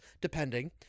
depending